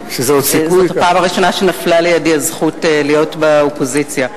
וזאת הפעם הראשונה שנפלה לידי הזכות להיות באופוזיציה.